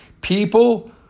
people